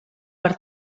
per